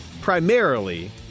primarily